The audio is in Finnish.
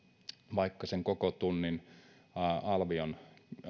vaikka sen koko tunnin niin alvi on